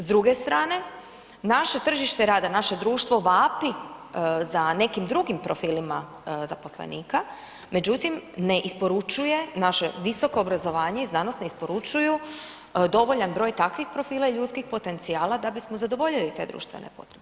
S druge strane, naše tržište rada, naše društvo vapi za nekim drugim profilima zaposlenika, međutim ne isporučuje, naše visoko obrazovanje i znanost ne isporučuju dovoljan broj takvih profila i ljudskih potencijala da bismo zadovoljili te društvene potrebe.